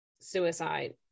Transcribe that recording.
suicide